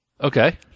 okay